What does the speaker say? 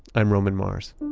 i'm roman mars